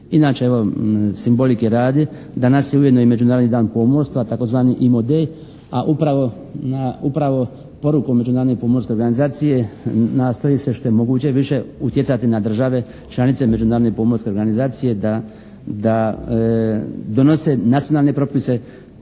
Inače evo simbolike radi danas je ujedno i Međunarodni dan pomorstva tzv. IMO DAY a upravo porukom Međunarodne pomorske organizacije nastoji se što je moguće više utjecati na države članice Međunarodne pomorske organizacije da donose nacionalne propise